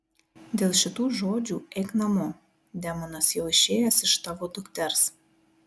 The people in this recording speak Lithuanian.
dėl šitų žodžių eik namo demonas jau išėjęs iš tavo dukters